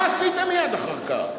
מה עשית מייד אחר כך?